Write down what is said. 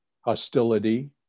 hostility